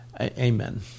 Amen